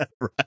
Right